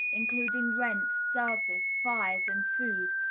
including rent, service, fires, and food,